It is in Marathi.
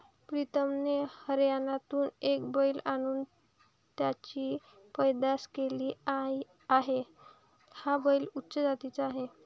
प्रीतमने हरियाणातून एक बैल आणून त्याची पैदास केली आहे, हा बैल उच्च जातीचा आहे